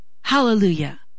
Hallelujah